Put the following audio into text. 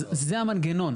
אז זה המנגנון.